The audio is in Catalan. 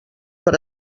per